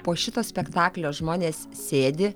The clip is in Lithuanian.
po šito spektaklio žmonės sėdi